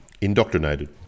Indoctrinated